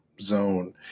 Zone